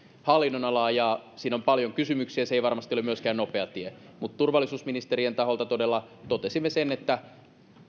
hallinnonalaa ja siinä on paljon kysymyksiä se ei varmasti ole myöskään nopea tie mutta turvallisuusministerien taholta todella totesimme sen että